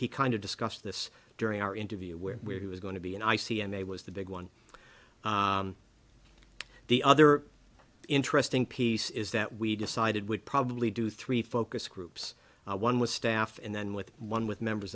he kind of discussed this during our interview where where he was going to be and i cna was the big one the other interesting piece is that we decided we'd probably do three focus groups one with staff and then with one with members